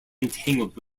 entangled